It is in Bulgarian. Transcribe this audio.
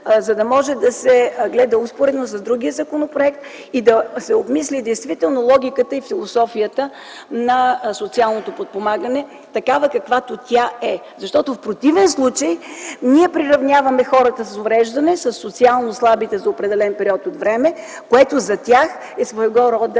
за да може да се гледа успоредно с другия законопроект и да се обмисли действително логиката и философията на социалното подпомагане такава, каквато тя е. Защото в противен случай ние приравняваме хората с увреждания със социално слабите за определен период от време, което за тях е своего рода